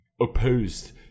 opposed